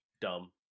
Dumb